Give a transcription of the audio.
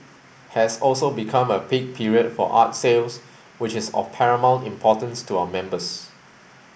has also become a peak period for art sales which is of paramount importance to our members